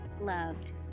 Loved